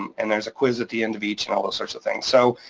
um and there's a quiz at the end of each and all those sorts of things. so,